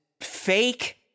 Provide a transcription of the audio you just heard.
fake